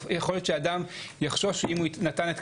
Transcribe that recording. יכול להיות שאדם יחשוש אם הוא נתן,